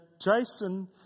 Jason